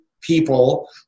people